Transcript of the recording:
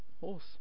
horse